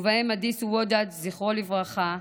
ובהם אדיסו וודג'ה, זכרו לברכה,